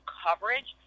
coverage